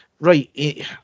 Right